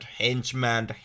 henchman